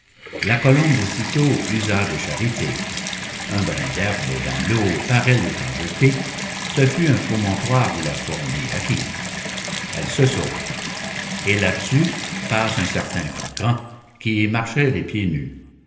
la colombe aussitôt usa de charité un brin d'herbe dans l'eau par elle étant jeté ce fut un promontoire où la fourmis arrive elle se sauve et là-dessus passe un certain croquant qui marchait les pieds nus